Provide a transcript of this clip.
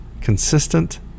consistent